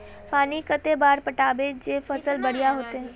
पानी कते बार पटाबे जे फसल बढ़िया होते?